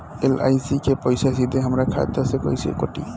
LIC के पईसा सीधे हमरा खाता से कइसे कटी?